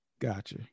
Gotcha